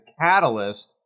catalyst